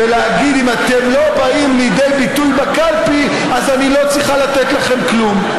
ולהגיד: אם אתם לא באים לידי ביטוי בקלפי אז אני לא צריכה לתת לכם כלום.